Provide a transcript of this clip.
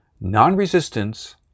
non-resistance